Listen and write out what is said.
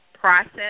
process